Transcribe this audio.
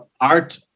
art